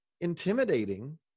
intimidating